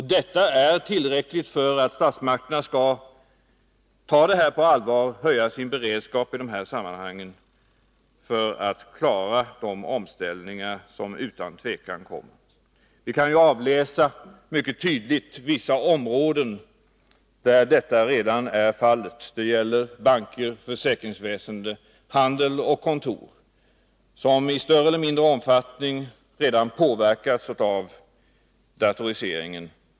Detta är tillräckligt för att statsmakterna skall ta det här på allvar och höja sin beredskap i dessa sammanhang för att klara de omställningar som utan tvivel kommer. Vi kan mycket tydligt avläsa vissa områden där detta redan är fallet — det gäller banker, försäkringsväsende, handel och kontor, som i större eller mindre omfattning redan påverkats av datoriseringen.